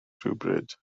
rhywbryd